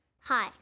Hi